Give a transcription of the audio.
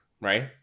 right